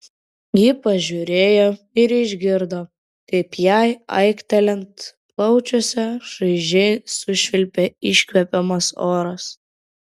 ji pažiūrėjo ir išgirdo kaip jai aiktelint plaučiuose šaižiai sušvilpia iškvepiamas oras